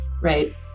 Right